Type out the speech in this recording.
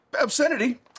Obscenity